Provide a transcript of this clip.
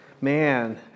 man